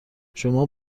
شما